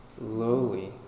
Lowly